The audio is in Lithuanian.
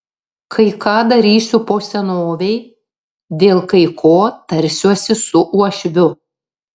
kai ką darysiu po senovei dėl kai ko tarsiuosi su uošviu